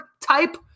type